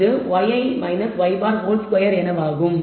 இது yi y̅ 2ஆகும்